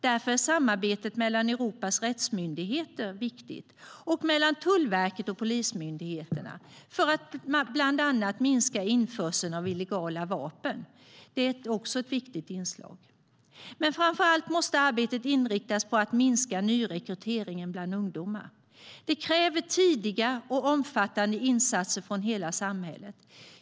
Därför är samarbetet mellan Europas rättsmyndigheter och mellan Tullverket och Polismyndigheten ett viktigt inslag för att bland annat minska införseln av illegala vapen. Framför allt måste arbetet inriktas på att minska nyrekryteringen bland ungdomar. Det kräver tidiga och omfattande insatser från hela samhället.